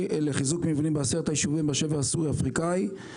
לחיזוק מבנים ב-10 היישובים בשבר הסורי-אפריקני.